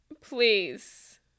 Please